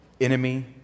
enemy